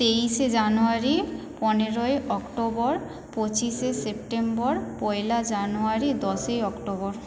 তেইশে জানুয়ারি পনেরোই অক্টোবর পঁচিশে সেপ্টেম্বর পয়লা জানুয়ারি দশই অক্টোবর